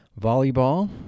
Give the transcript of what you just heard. Volleyball